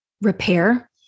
Repair